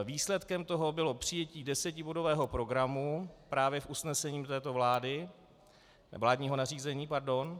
Výsledkem toho bylo přijetí desetibodového programu právě v usnesení této vlády , vládního nařízení, pardon.